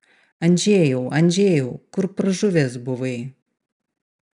andžejau andžejau kur pražuvęs buvai